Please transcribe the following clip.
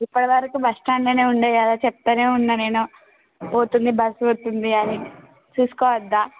ఇప్పటివరకు బస్టాండ్నే ఉంది కదా చెప్తూనే ఉన్నా నేను పోతుంది బస్సు పోతుంది అని చూసుకోవద్దా